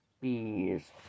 bees